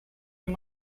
can